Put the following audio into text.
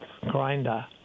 grinder